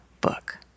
book